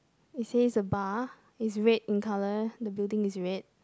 it says a bar it's red in colour the building is in red